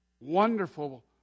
wonderful